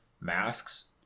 Masks